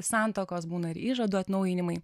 santuokos būna ir įžadų atnaujinimai